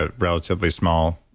ah relatively small,